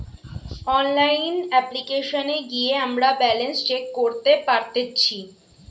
online অপ্লিকেশনে গিয়ে আমরা ব্যালান্স চেক করতে পারতেচ্ছি